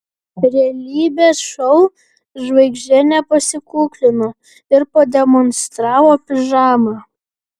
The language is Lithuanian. realybės šou žvaigždė nepasikuklino ir pademonstravo pižamą